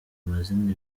amazina